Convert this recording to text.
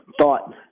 thought